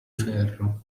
ferro